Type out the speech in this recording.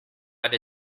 but